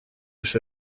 els